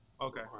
Okay